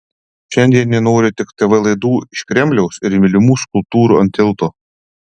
šiandien jie nori tik tv laidų iš kremliaus ir mylimų skulptūrų ant tilto